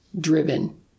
driven